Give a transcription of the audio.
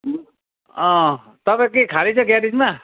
तपाईँ के खाली छ ग्यारिजमा